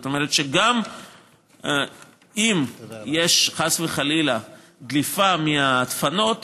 זאת אומרת שגם אם יש חס וחלילה דליפה מהדפנות,